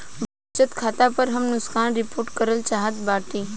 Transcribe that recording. बचत खाता पर नुकसान हम रिपोर्ट करल चाहत बाटी